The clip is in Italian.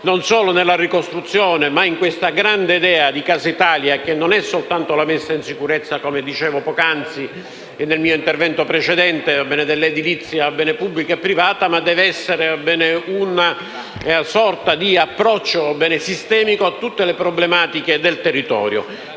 Governo, nella ricostruzione e anche nella grande idea di Casa Italia, che non è soltanto la messa in sicurezza - come dicevo poc'anzi nel mio intervento precedente - dell'edilizia pubblica e privata, ma anche una sorta di approccio sistemico a tutte le problematiche del territorio.